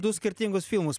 du skirtingus filmus